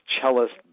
cellist